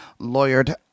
lawyered